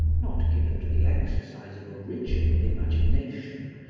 not given to the exercise of original imagination,